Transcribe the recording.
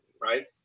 right